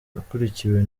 akurikiwe